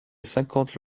cinquante